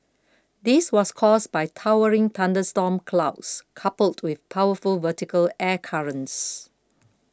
this was caused by towering thunderstorm clouds coupled with powerful vertical air currents